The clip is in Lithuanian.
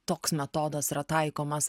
toks metodas yra taikomas